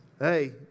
hey